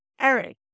Eric